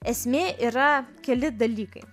esmė yra keli dalykai